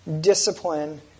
discipline